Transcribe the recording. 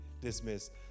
dismissed